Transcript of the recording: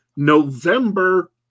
November